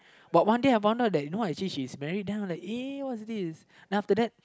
but one day I found out that you know what actually she is married then I'm like uh what's this then after that